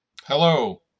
Hello